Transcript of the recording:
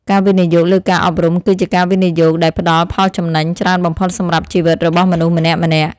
ការវិនិយោគលើការអប់រំគឺជាការវិនិយោគដែលផ្តល់ផលចំណេញច្រើនបំផុតសម្រាប់ជីវិតរបស់មនុស្សម្នាក់ៗ។